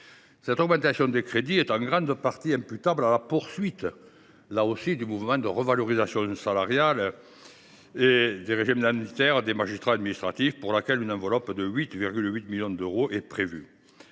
Cette augmentation des crédits est en grande partie imputable à la poursuite du mouvement de revalorisation indemnitaire des magistrats administratifs, pour laquelle une enveloppe de 8,8 millions d’euros est prévue.